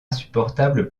insupportable